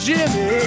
Jimmy